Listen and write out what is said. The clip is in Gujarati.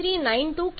3392 kPa છે